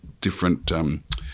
different